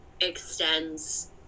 extends